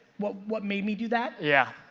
what what made me do that? yeah.